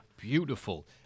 Beautiful